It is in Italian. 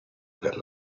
per